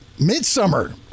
midsummer